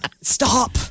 Stop